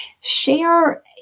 share